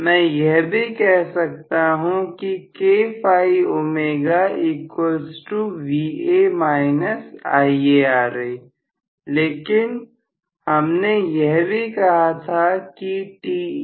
मैं यह भी कह सकता हूं कि kφωVa IaRa लेकिन हमने यह भी कहा था कि TekφIa